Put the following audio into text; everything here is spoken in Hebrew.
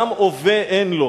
גם הווה אין לו.